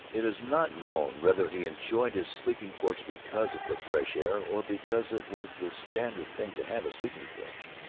it is not known whether he enjoyed his sleeping-porch because of the fresh air or because it was the standard thing to have a sleeping-porch.